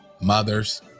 mothers